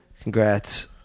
Congrats